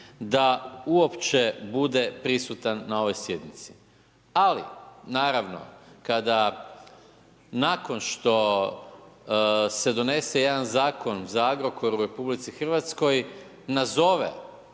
da uopće bude prisutan na ovoj sjednici. Ali naravno kada nakon što se donese jedan zakon za Agrokor u RH, nazove